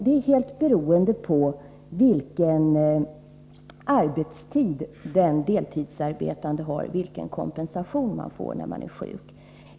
Den kompensation man får när man är sjuk är helt beroende på vilken arbetstid den deltidsarbetande har.